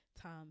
time